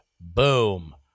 Boom